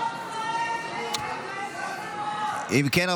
אם כן,